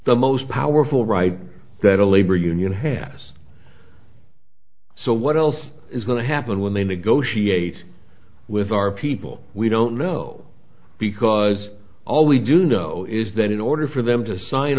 the most powerful right that a labor union has so what else is going to happen when they negotiate with our people we don't know because all we do know is that in order for them to sign